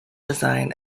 design